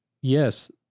yes